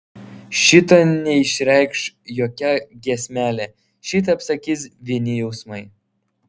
šito neišreikš jokia giesmelė šitą apsakys vieni jausmai